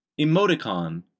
Emoticon